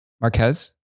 Marquez